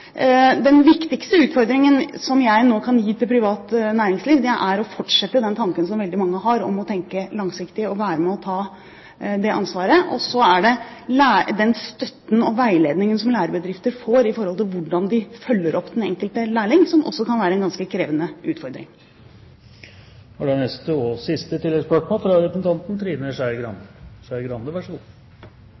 den viktigste utfordringen som jeg nå kan gi til privat næringsliv, er å fortsette den tanken som veldig mange har om å tenke langsiktig og være med og ta det ansvaret. Og så er den støtten og veiledningen som lærebedrifter får i forhold til hvordan de følger opp den enkelte lærling, også noe som kan være en ganske krevende utfordring.